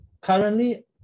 currently